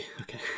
okay